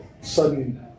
sudden